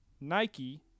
Nike